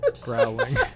growling